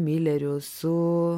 mileriu su